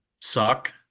suck